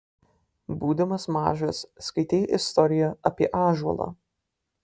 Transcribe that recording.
būdamas mažas skaitei istoriją apie ąžuolą